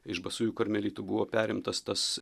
iš basųjų karmelitų buvo perimtas tas